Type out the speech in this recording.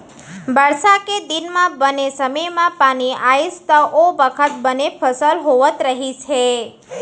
बरसा के दिन म बने समे म पानी आइस त ओ बखत बने फसल होवत रहिस हे